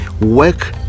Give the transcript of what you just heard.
Work